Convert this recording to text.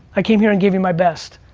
i came here and gave you my best.